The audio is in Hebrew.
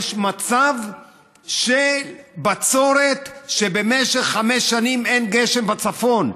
יש מצב של בצורת שבמשך חמש שנים אין גשם בצפון.